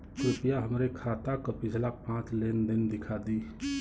कृपया हमरे खाता क पिछला पांच लेन देन दिखा दी